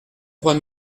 trois